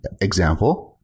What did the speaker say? Example